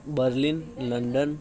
Berlin London